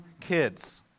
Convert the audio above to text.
kids